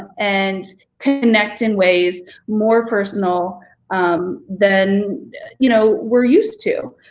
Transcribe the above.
and connect in ways more personal um than you know we're used to.